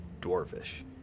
Dwarfish